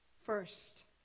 first